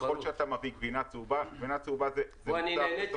ככל שאתה מביא גבינה צהובה --- פה אני נהניתי.